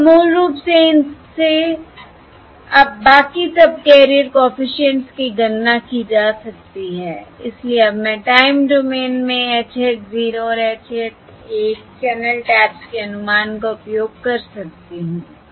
और अब मूल रूप से इन से अब बाकी सबकेरियर कॉफिशिएंट्स की गणना की जा सकती है इसलिए अब मैं टाइम डोमेन में h हैट 0 और h हैट 1चैनल टैप्स के अनुमान का उपयोग कर सकती हूं